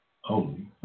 holy